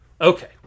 Okay